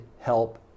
help